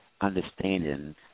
understanding